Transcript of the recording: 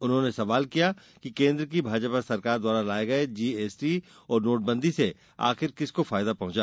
उन्होंने सवाल किया कि केन्द्र की भाजपा सरकार द्वारा लाये गये जीएसटी और नोटबंदी से आखिर किसको फायदा हुआ